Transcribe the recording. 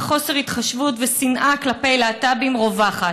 חוסר התחשבות ושנאה כלפי להט"בים רווחת,